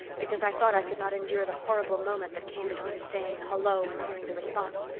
because i thought i could not endure the horrible moment that came between saying hello and hearing the response.